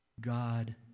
God